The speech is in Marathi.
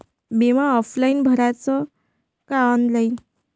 बिमा ऑफलाईन भराचा का ऑनलाईन?